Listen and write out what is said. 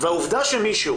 העובדה שמישהו